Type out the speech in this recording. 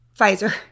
Pfizer